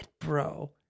bro